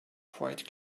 quite